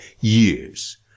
years